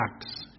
Acts